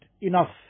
enough